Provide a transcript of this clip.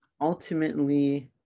Ultimately